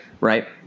right